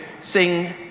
sing